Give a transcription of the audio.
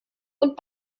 und